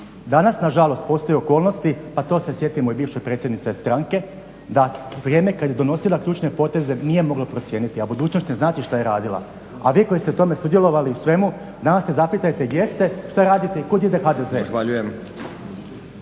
Danas na žalost postoje okolnosti, pa to se sjetimo i bivše predsjednike stranke da u vrijeme kad je donosila ključne poteze nije mogla procijeniti, a budućnost ne znači šta je radila. A vi koji ste u tome sudjelovali u svemu danas se zapitajte gdje ste, šta radite i kud ide HDZ.